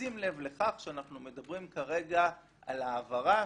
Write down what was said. בשים לב לכך שאנחנו מדברים כרגע על העברה,